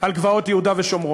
על גבעות יהודה ושומרון?